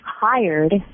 hired